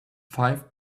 five